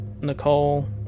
Nicole